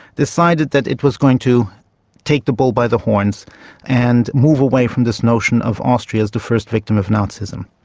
decided that it was going to take the bull by the horns and move away from this notion of austria as the first victim of nazism.